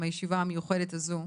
עם הישיבה המיוחדת הזו.